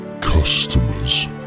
customers